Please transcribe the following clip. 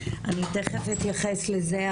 אני תיכף יתייחס לזה,